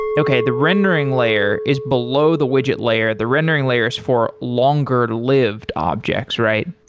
okay, the rendering layer is below the widget layer, the rendering layer is for longer lived objects, right?